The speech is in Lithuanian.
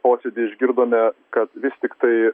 posėdy išgirdome kad vis tiktai